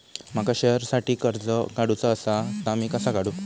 माका शेअरसाठी कर्ज काढूचा असा ता मी कसा काढू?